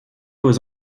aux